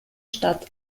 stadt